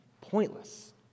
pointless